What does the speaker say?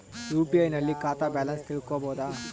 UPI ನಲ್ಲಿ ಖಾತಾ balance ತಿಳಕೊ ಬಹುದಾ?